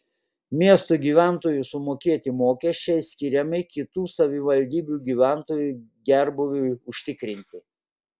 miesto gyventojų sumokėti mokesčiai skiriami kitų savivaldybių gyventojų gerbūviui užtikrinti